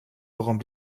warum